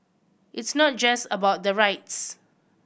it's not just about the rights